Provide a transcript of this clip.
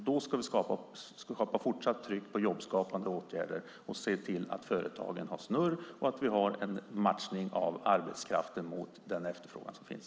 Då ska vi skapa fortsatt tryck på jobbskapande åtgärder och se till att företagen har snurr och att vi har en matchning av arbetskraften mot den efterfrågan som finns.